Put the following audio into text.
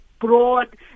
broad